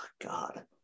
God